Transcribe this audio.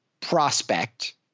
prospect